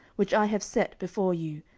which i have set before you,